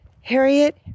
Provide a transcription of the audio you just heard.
Harriet